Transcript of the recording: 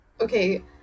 Okay